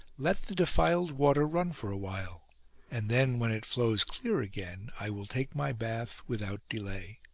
let the defiled water run for a while and then, when it flows clear again, i will take my bath without delay.